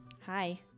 Hi